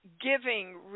giving